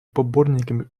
поборниками